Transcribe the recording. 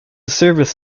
service